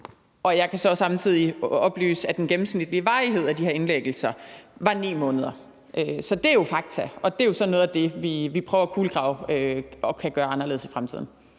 Jeg kan samtidig oplyse, at den gennemsnitlige varighed af de her indlæggelser var 9 måneder. Det er fakta, og det er jo så noget af det, vi prøver at kulegrave i forhold til at kunne gøre det anderledes i fremtiden.